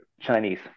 Chinese